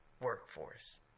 workforce